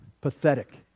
pathetic